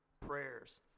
prayers